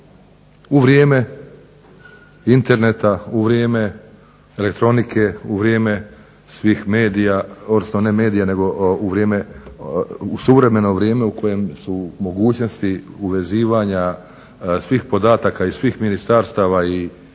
u vrijeme interneta, u vrijeme elektronike, u suvremeno vrijeme u kojem su mogućnosti uvezivanja svih podataka iz svih ministarstava i svega